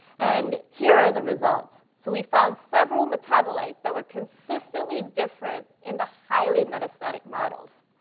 and here are the results. so we found several metabolites that were consistently different in the highly-metastatic models.